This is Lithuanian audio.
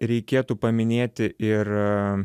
reikėtų paminėti ir